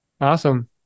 awesome